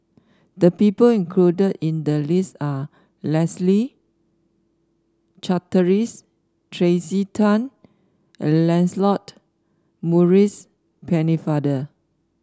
the people included in the list are Leslie Charteris Tracey Tan and Lancelot Maurice Pennefather